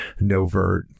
novert